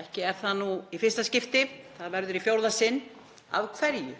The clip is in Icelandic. Ekki er það nú í fyrsta skipti. Það verður í fjórða sinn. Af hverju?